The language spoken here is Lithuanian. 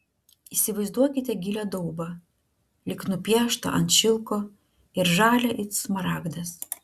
įsivaizduokite gilią daubą lyg nupieštą ant šilko ir žalią it smaragdas